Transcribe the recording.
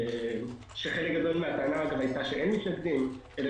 חלק גדול מהטענה היתה שאין מתנגדים אלא